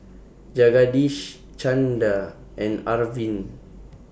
Jagadish Chanda and Arvind